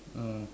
ah